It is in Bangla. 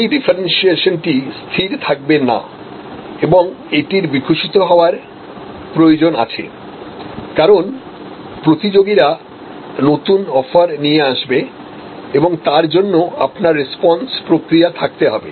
এই ডিফারেন্সিয়েশনটি স্থির থাকবে না এবং এটির বিকশিত হওয়ার প্রয়োজন আছে কারণ প্রতিযোগীরা নতুন অফার নিয়ে আসবে এবং তার জন্য আপনার রেসপন্স প্রক্রিয়া থাকতে হবে